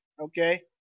Okay